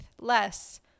less